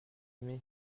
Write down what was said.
aimé